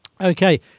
Okay